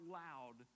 loud